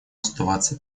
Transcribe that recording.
оставаться